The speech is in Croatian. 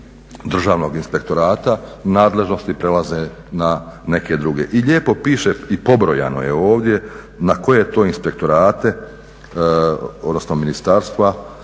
Državnog inspektorata nadležnosti prelaze na neke druge. I lijepo piše i pobrojano je ovdje na koje to inspektorate odnosno ministarstva